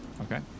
Okay